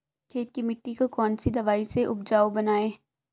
खेत की मिटी को कौन सी दवाई से उपजाऊ बनायें?